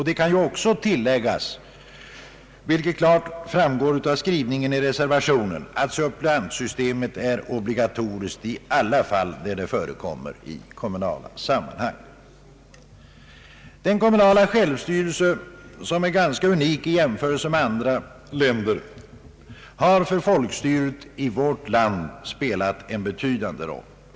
Det kan också tilläggas, vilket klart framgår av reservationen, att suppleantsystemet är obligatoriskt i alla de fall där det förekommer i kommunala sammanhang. Den kommunala självstyrelsen, som är ganska unik i jämförelse med andra länder, har spelat en betydande roll för folkstyret i vårt land.